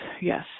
yes